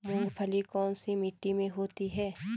मूंगफली कौन सी मिट्टी में होती है?